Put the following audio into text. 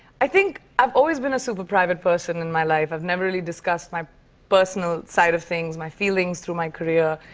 i think i've always been a super-private person in my life. i've never really discussed my personal side of things, my feelings through my career.